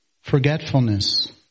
forgetfulness